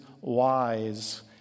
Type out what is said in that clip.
wise